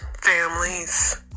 families